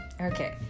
okay